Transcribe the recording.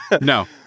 No